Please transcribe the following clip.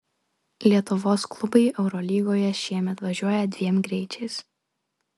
lietuvos klubai eurolygoje šiemet važiuoja dviem greičiais